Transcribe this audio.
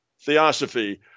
theosophy